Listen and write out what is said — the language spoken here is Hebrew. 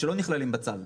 שלא נכללים בצו.